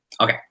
Okay